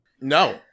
No